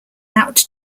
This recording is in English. out